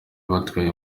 batwaye